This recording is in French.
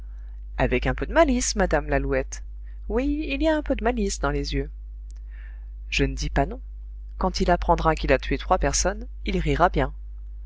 avec un peu de malice madame lalouette oui il y a un peu de malice dans les yeux je ne dis pas non quand il apprendra qu'il a tué trois personnes il rira bien